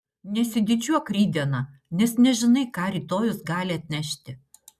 nesididžiuok rytdiena nes nežinai ką rytojus gali atnešti